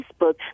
Facebook